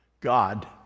God